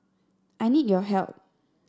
I need your help